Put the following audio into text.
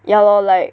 ya lor like